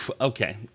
Okay